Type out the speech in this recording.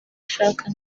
ashaka